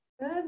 Good